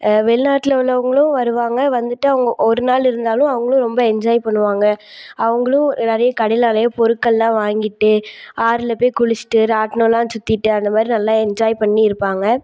வெளிநாட்டில் உள்ளவர்களும் வருவாங்க வந்துட்டு அவங்க ஒருநாள் இருந்தாலும் அவங்களும் ரொம்ப என்ஜாய் பண்ணுவாங்க அவங்களும் நிறையா கடையில் நிறைய பொருட்களெல்லாம் வாங்கிட்டு ஆறில் போய் குளிச்சுட்டு ராட்டினெல்லாம் சுற்றிட்டு அந்தமாதிரி நல்லா என்ஜாய் பண்ணி இருப்பாங்க